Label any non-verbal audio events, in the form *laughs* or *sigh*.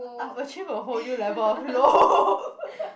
I've achieved a whole new level of low *laughs*